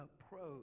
approach